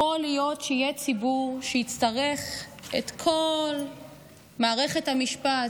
יכול להיות שיהיה ציבור שיצטרך את כל מערכת המשפט,